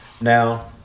Now